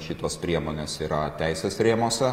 šitos priemonės yra teisės rėmuose